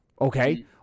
Okay